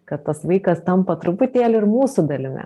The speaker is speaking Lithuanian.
kad tas vaikas tampa truputėlį ir mūsų dalimi